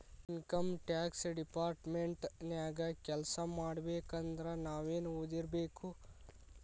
Income tax department ನ್ಯಾಗ್ ಕೆಲ್ಸಾಮಾಡ್ಬೇಕಂದ್ರ ನಾವೇನ್ ಒದಿರ್ಬೇಕು?